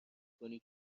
کنی